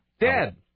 dead